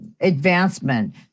advancement